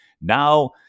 Now